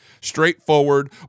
straightforward